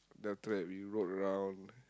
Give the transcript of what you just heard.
then after that we rode around